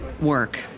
work